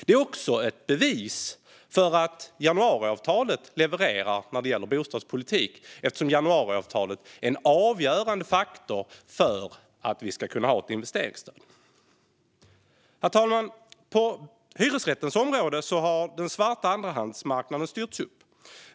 Det är också ett bevis på att januariavtalet levererar när det gäller bostadspolitik, eftersom januariavtalet är en avgörande faktor för att vi ska kunna ha ett investeringsstöd. Herr talman! På hyresrättens område har den svarta andrahandsmarknaden styrts upp.